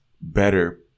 better